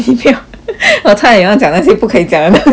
我差一点乱讲那些不可以讲的东西